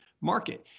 market